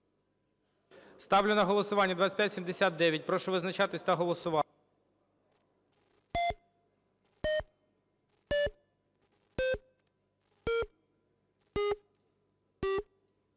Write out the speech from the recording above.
Ставлю на голосування 2582. Прошу визначатись та голосувати.